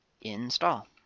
install